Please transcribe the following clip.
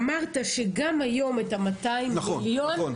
אמרת שגם היום את ה- 200 מיליון,